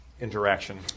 interaction